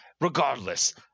Regardless